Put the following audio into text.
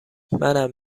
منم